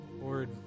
Lord